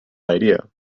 idea